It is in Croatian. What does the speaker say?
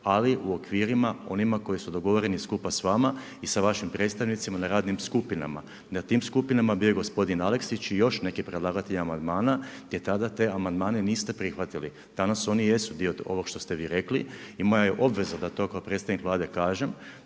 Ali u okvirima onima koji su dogovoreni skupa sa vama i sa vašim predstavnicima na radnim skupinama. Na tim skupinama bio je gospodin Aleksić i još neki predlagatelj amandmana, gdje tada te amandmane niste prihvatili. Danas oni jesu dio ovo što ste vi rekli, i moja je obveza da to kao predstavnik Vlade kažem,